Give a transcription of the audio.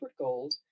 Gold